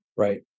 Right